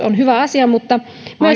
on hyvä asia